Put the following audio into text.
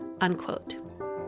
unquote